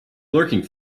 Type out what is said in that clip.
lurking